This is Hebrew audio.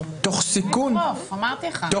תוך סיכון עכשיו,